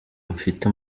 bafite